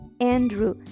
andrew